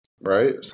right